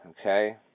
okay